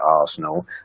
Arsenal